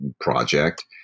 project